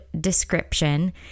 description